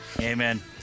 Amen